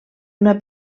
una